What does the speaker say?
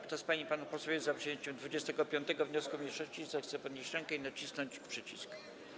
Kto z pań i panów posłów jest za przyjęciem 25. wniosku mniejszości, zechce podnieść rękę i nacisnąć przycisk.